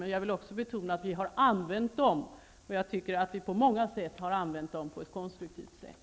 Men jag vill också betona att vi har använt dem, och många gånger använt dem på ett konstruktivt sätt.